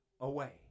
away